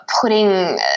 putting